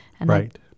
Right